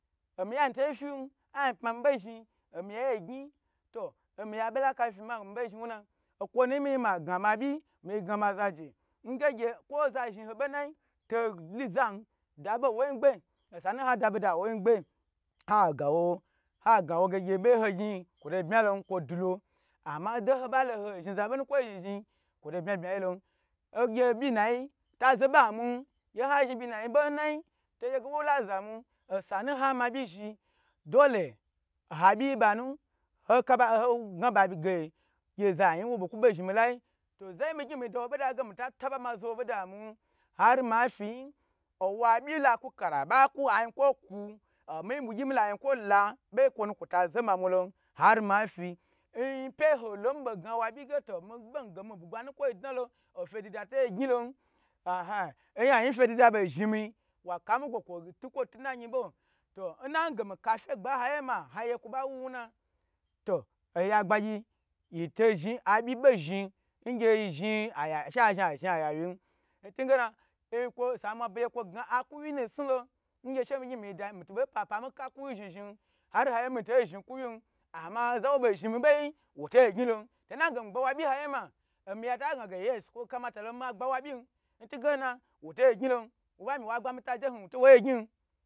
Omiyan to fin ayi pma mi bo zhni to omiye be la ka fifima mbo zhni wuna, okwo nu ma zhni ma gna ma byi mi gna ma zaje nge gyu kwo za zhni hobo nai tola za da bo woi ngbe osanu ha da boda woi ngbe ha gna wo hagna wo ge ge beyho zhni yi kwo da lo, ama doho ba loho zhni za bonukwoyi zhni zhni yin kwo to bme bme yi lon, ho gye byi na yi wota za bo amu nha zhni byi na yi bo nai to gye ge wo la za ma osanu ha ma byi zhni dole oha byi ba na hokaho gna ba ge gyu za yi wo bo kubo zhni milai, to zami gyn mi da wo bo da ge mita taba ma zowo bo amu ar ma fi yin, owan byi la kuka ar ba kuayin kwo ku omi bugyi mila yikwo la buyi kwo nu kwo ta zo ma mu lo ar ma fi nyi pyeyi ho lo nmi bo gna wa byi ge to mi bon ge mi bugba nukwo yi dnalo ofe dida to gyilo aha oyan yin fe dida bo zhni mi wa ka mi kwo kwo ntukwo tu nayin bo to nna ge mi kafe gba hayi ma agye kwo ba wu wa na to oya gbayy yito zhni abyi bo zhni ngye yi zhni ngye she azhni azhni aya win ntuge na migye kwo sa mwa begye kwo gna akuwyi ne snu lo obo mi gyn mi dayi mi to bo papapa mi ka kuwyi zhni zhni ar nhayiye mito zhni kuwyin ama oza wo bo zhni mi boyi woto gyn lo nnage mi gba wa byi ha yi ma omiya ta ga ge yeg kwo kamatalo ma gba wa byin ntugena wotogyi lon wobo mi wa gba mi ta nje hun to wo gni.